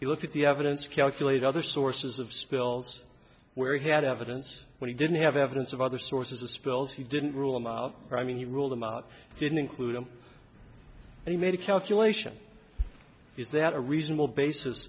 he looked at the evidence calculate other sources of spills where he had evidence but he didn't have evidence of other sources of spells he didn't rule him out i mean he ruled them out didn't include them and he made a calculation is that a reasonable basis